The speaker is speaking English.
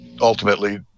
ultimately